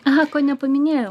aha ko nepaminėjau